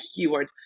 keywords